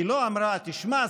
היא לא אמרה: תשמע,